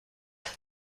نشده